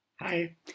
Hi